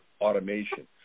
automation